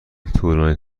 طولانی